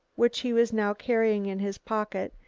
which he was now carrying in his pocket,